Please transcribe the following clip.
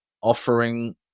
offering